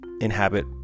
inhabit